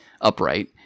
upright